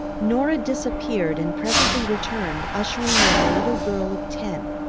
norah disappeared and presently returned ushering in a little girl of ten,